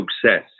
success